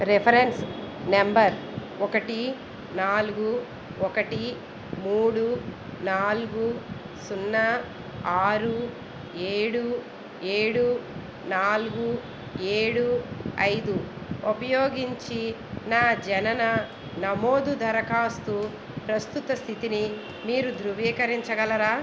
reference number ఒకటి నాలుగు ఒకటి మూడు నాలుగు సున్నా ఆరు ఏడు ఏడు నాలుగు ఏడు ఐదు ఉపయోగించి నా జనన నమోదు దరఖాస్తు ప్రస్తుత స్థితిని మీరు ధృవీకరించగలరా